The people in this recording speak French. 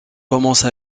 commence